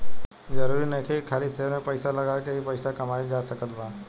जरुरी नइखे की खाली शेयर में पइसा लगा के ही पइसा कमाइल जा सकत बा